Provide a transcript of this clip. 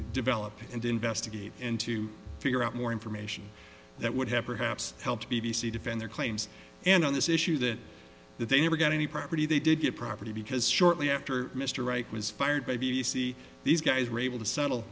develop and investigate into figure out more information that would have perhaps helped b b c defend their claims and on this issue that they never got any property they did get property because shortly after mr reich was fired by a b c these guys were able to settle